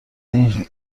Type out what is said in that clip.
این